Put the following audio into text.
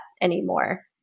anymore